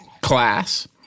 class